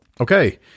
Okay